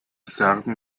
serben